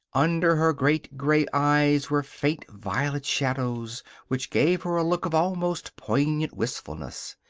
under her great gray eyes were faint violet shadows which gave her a look of almost poignant wistfulness.